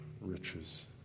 riches